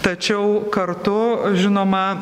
tačiau kartu žinoma